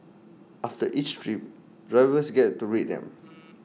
after each trip drivers get to rate them